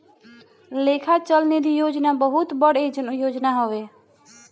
लेखा चल निधी योजना बहुत बड़ योजना हवे